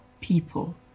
people